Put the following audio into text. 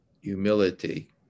humility